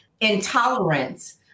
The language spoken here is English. intolerance